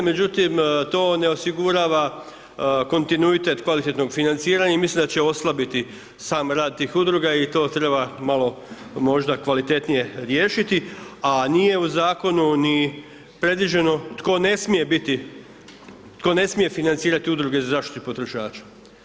Međutim, to ne osigurava kontinuitet kvalitetnog financiranja i mislim da će oslabiti sam rad tih Udruga i to treba malo možda kvalitetnije riješiti, a nije u Zakonu ni predviđeno tko ne smije financirati Udruge za zaštitu potrošača.